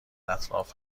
اطراف